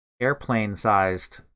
airplane-sized